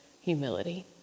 humility